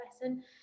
lesson